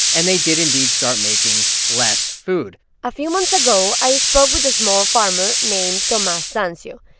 and they did, indeed, start making less food a few months ago, i spoke with a small farmer named tomas santio.